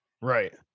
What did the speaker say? Right